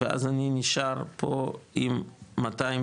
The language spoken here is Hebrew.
ואז אני נשאר פה עם 260